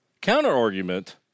Counter-argument